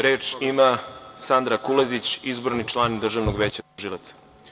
Reč ima Sandra Kulezić, izborni član Državnog veća tužilaca.